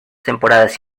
temporadas